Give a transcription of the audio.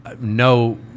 no